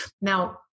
Now